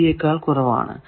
1 db യെക്കാൾ കുറവാണു